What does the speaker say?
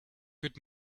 good